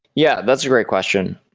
yeah, that's a great question.